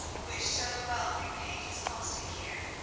which so well repaid his constant care,